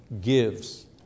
gives